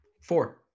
four